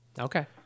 Okay